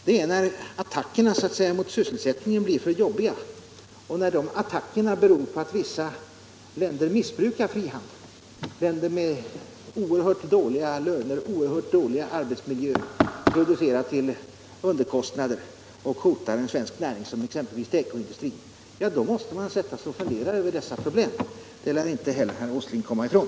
Det är när attackerna mot sysselsättningen blir för jobbiga och när de attackerna beror på att vissa länder — länder med oerhört dåliga löner, oerhört dålig arbetsmiljö — missbrukar frihandel, producerar till underkostnader och hotar en svensk näring, exempelvis tekoindustrin, som man måste sätta sig ner och fundera över dessa pro blem. Det lär inte heller herr Åsling komma ifrån.